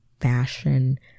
fashion